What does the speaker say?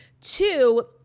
Two